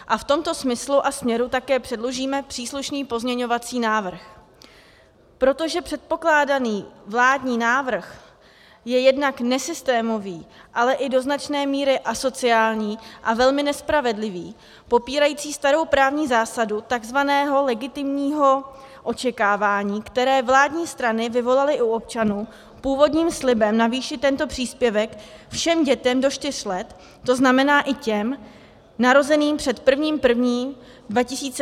A v tomto smyslu a směru také předložíme příslušný pozměňovací návrh, protože předkládaný vládní návrh je jednak nesystémový, ale i do značné míry asociální a velmi nespravedlivý, popírající starou právní zásadu takzvaného legitimního očekávání, které vládní strany vyvolaly u občanů původním slibem navýšit tento příspěvek všem dětem do čtyř let, to znamená i těm narozeným před 1. 1. 2020, bez výjimek.